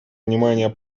внимание